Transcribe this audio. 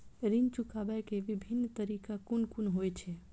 ऋण चुकाबे के विभिन्न तरीका कुन कुन होय छे?